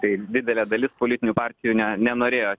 tai didelė dalis politinių partijų ne nenorėjo